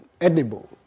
edible